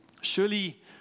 Surely